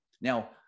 Now